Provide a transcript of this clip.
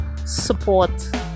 support